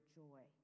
joy